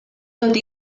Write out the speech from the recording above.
tot